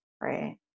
right